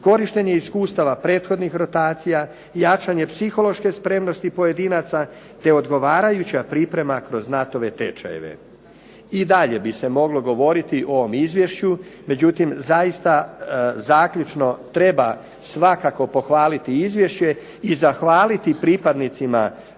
korištenje iskustava prethodnih rotacija, jačanje psihološke spremnosti pojedinaca te odgovarajuća priprema kroz NATO-ove tečajeve. I dalje bi se moglo govoriti o ovom izvješću, međutim zaista zaključno treba svakako pohvaliti izvješće i zahvaliti pripadnicima